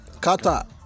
Kata